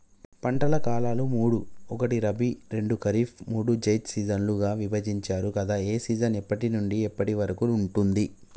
పంటల కాలాలు మూడు ఒకటి రబీ రెండు ఖరీఫ్ మూడు జైద్ సీజన్లుగా విభజించారు కదా ఏ సీజన్ ఎప్పటి నుండి ఎప్పటి వరకు ఉంటుంది?